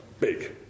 big